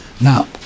Now